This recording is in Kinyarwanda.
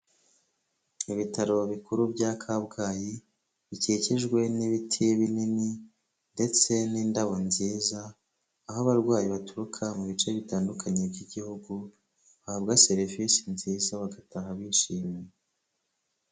Ibitaro bikuru bya Kabgayi bikikijwe n'ibiti binini ndetse n'indabo nziza, aho abarwayi baturuka mu bice bitandukanye by'Igihugu bahabwa serivisi nziza bagataha bishimye.